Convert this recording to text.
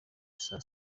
saa